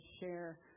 share